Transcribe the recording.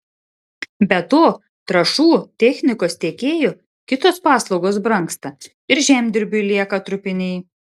be to trąšų technikos tiekėjų kitos paslaugos brangsta ir žemdirbiui lieka trupiniai